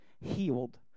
healed